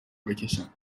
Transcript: بکشم